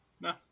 No